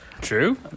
true